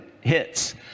hits